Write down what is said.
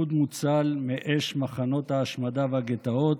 אוד מוצל מאש מחנות ההשמדה והגטאות,